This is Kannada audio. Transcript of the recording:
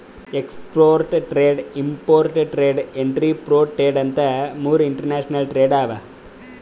export trade, import trade, entrepot trade ಅಂತ್ ಮೂರ್ ಇಂಟರ್ನ್ಯಾಷನಲ್ ಟ್ರೇಡ್ ಅವಾ